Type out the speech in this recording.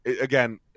again